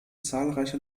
zahlreiche